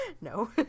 no